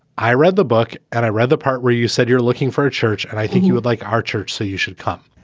i read the book and i read the part where you said you're looking for a church. and i think you would like our church. so you should come.